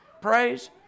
praise